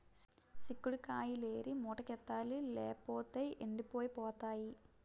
సిక్కుడు కాయిలేరి మూటకెత్తాలి లేపోతేయ్ ఎండిపోయి పోతాయి